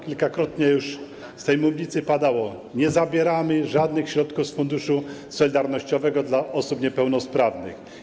Kilkakrotnie już z tej mównicy padało, że nie zabieramy żadnych środków z Funduszu Solidarnościowego dla osób niepełnosprawnych.